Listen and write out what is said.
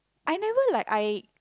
I never like I